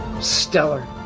stellar